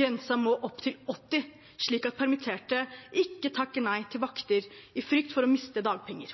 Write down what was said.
Grensen må opp til 80 pst., slik at permitterte ikke takker nei til vakter i frykt for å miste dagpenger.